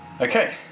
Okay